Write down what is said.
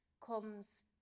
comes